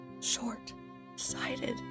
short-sighted